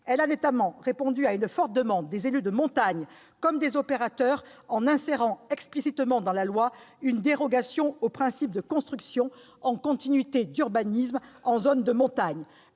Elle a notamment répondu à une forte demande des élus de montagne comme des opérateurs, en insérant explicitement dans la loi une dérogation au principe de construction en continuité d'urbanisme en zone de montagne.